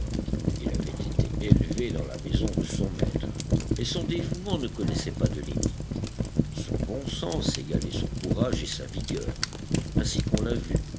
il avait été élevé dans la maison de son maître et son dévouement ne connaissait pas de limites son bon sens égalait son courage et sa vigueur ainsi qu'on l'a vu